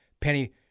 Penny